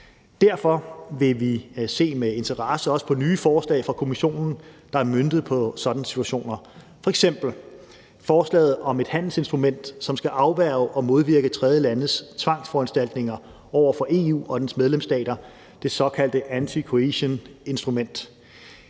Derfor vil vi også se med interesse på nye forslag fra Kommissionen, der er møntet på sådanne situationer, f.eks. forslaget om et handelsinstrument, som skal afværge og modvirke tredjelandes tvangsforanstaltninger over for EU og dens medlemsstater, det såkaldte anti-coercion instrument.